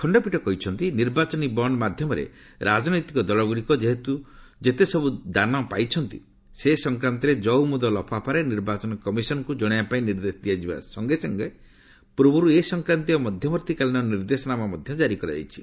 ଖଣ୍ଡପୀଠ କହିଚନ୍ତି ନିର୍ବାଚନୀ ବଣ୍ଡ ମାଧ୍ୟମରେ ରାଜନୈତିକ ଦଳ ଗୁଡ଼ିକ ଯେତେସବୁ ଦାନ ପାଇଛନ୍ତି ସେ ସଂକ୍ରାନ୍ତରେ ଜଉମୁଦ ଲଫାପାରେ ନିର୍ବାଚନ କମିଶନଙ୍କୁ ଜଣାଇବା ପାଇଁ ନିର୍ଦ୍ଦେଶ ଦିଆଯିବା ସଙ୍ଗେ ସଙ୍ଗେ ପୂର୍ବରୁ ଏ ସଂକ୍ରାନ୍ତୀୟ ମଧ୍ୟବର୍ତ୍ତୀକାଳୀନ ନିର୍ଦ୍ଦେଶନାମା ମଧ୍ୟ କ୍କାରି କରାଯାଇଛି